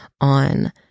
on